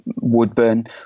woodburn